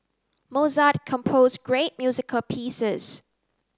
Mozart composed great musical pieces